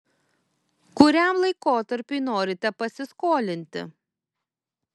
kuriam laikotarpiui norite pasiskolinti